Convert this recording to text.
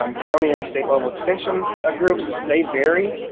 um county and state level extension ah groups, they vary.